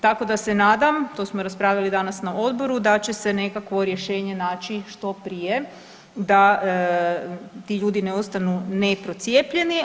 Tako da se nadam, to smo raspravljali danas na odboru da će se nekakvo rješenje naći što prije da ti ljudi ne ostanu ne procijepljeni.